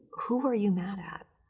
who are you mad at?